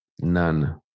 None